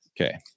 Okay